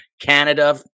canada